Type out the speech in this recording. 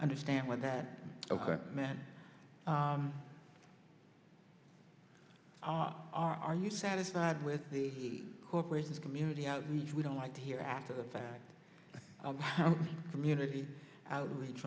understand what that meant are you satisfied with the corporations community outreach we don't like to hear after the fact that community outreach